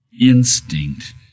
instinct